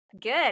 Good